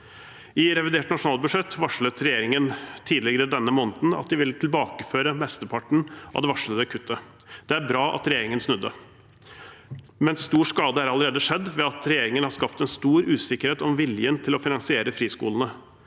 I revidert nasjonalbudsjett varslet regjeringen tidligere denne måneden at de ville tilbakeføre mesteparten av det varslede kuttet. Det er bra at regjeringen snudde, men stor skade er allerede skjedd ved at regjeringen har skapt en stor usikkerhet om viljen til å finansiere friskolene.